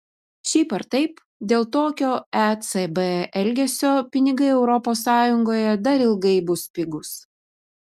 šiaip ar taip dėl tokio ecb elgesio pinigai europos sąjungoje dar ilgai bus pigūs